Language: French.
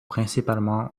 principalement